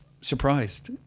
surprised